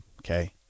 Okay